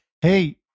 Hey